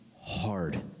hard